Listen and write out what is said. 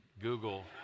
Google